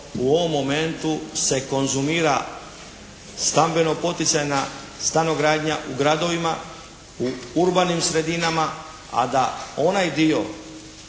u ovom momentu se konzumira stambeno poticajna stanogradnja u gradovima, u urbanim sredinama, a da onaj dio